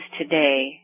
today